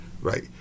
Right